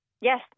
Yes